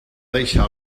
deixa